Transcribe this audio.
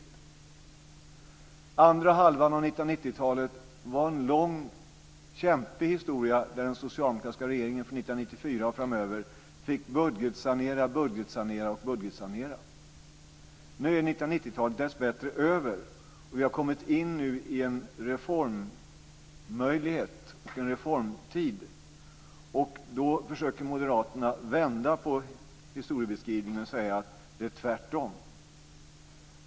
Den andra halvan av 1990-talet var en lång kämpig historia där den socialdemokratiska regeringen från 1994 och framöver fick budgetsanera, budgetsanera och budgetsanera. Nu är 1990-talet dessbättre över, och vi har kommit in i en reformmöjlighet och en reformtid. Då försöker moderaterna vända på historiebeskrivningen, och säger att det är tvärtom.